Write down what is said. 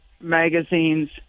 magazines